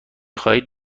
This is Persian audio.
خواهید